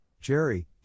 Jerry